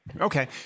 Okay